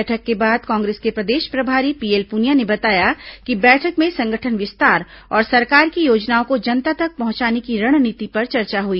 बैठक के बाद कांग्रेस के प्रदेश प्रभारी पीएल पुनिया ने बताया कि बैठक में संगठन विस्तार और सरकार की योजनाओं को जनता तक पहुंचाने की रणनीति पर चर्चा हुई